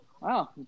Wow